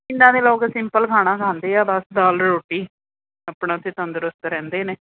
ਪਿੰਡਾਂ ਦੇ ਲੋਕ ਸਿੰਪਲ ਖਾਣਾ ਖਾਂਦੇ ਆ ਬਸ ਦਾਲ ਰੋਟੀ ਆਪਣਾ ਅਤੇ ਤੰਦਰੁਸਤ ਰਹਿੰਦੇ ਨੇ